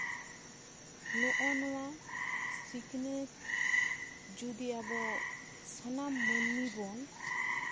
ᱱᱚᱜᱼᱚᱭ ᱱᱚᱣᱟ ᱥᱤᱠᱷᱱᱟᱹᱛ ᱡᱩᱫᱤ ᱟᱵᱚ ᱥᱟᱱᱟᱢ ᱢᱟᱹᱱᱢᱤ ᱵᱚᱱ